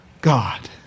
God